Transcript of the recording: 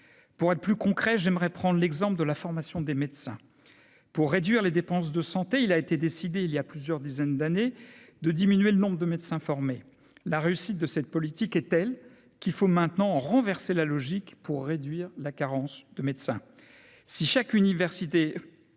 pour être plus concret, j'aimerais prendre l'exemple de la formation des médecins pour réduire les dépenses de santé, il a été décidé il y a plusieurs dizaines d'années, de diminuer le nombre de médecins formés, la réussite de cette politique est telle qu'il faut maintenant renverser la logique pour réduire la carence de médecins si chaque université